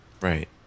Right